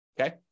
okay